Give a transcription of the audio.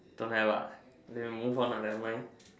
don't have ah then move on lah never mind